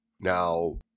Now